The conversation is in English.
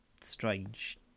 strange